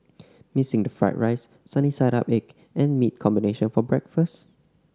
missing the fried rice sunny side up egg and meat combination for breakfast